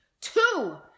Two